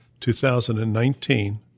2019